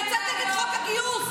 אני יוצאת נגד חוק הגיוס.